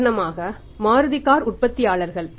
உதாரணமாக மாருதி கார் உற்பத்தியாளர்கள்